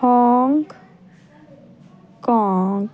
Hong ਕੌਗ